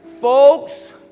folks